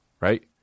right